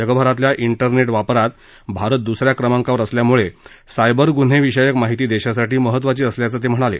जगभरातल्या इंटरनेट वापरात भारत दुसऱ्या क्रमांकावर असल्यामुळे सायबर ग्न्हेविषयक माहिती देशासाठी महत्वाची असल्याचं ते म्हणाले